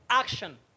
action